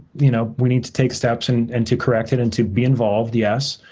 you know we need to take steps, and and to correct it, and to be involved, yes.